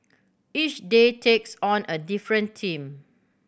each day takes on a different team